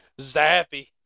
Zappy